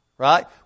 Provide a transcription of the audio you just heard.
Right